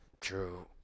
True